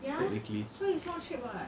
technically